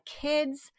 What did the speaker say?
kids